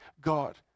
god